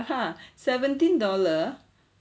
ya seventeen dollar